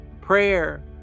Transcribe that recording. prayer